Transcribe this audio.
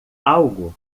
algo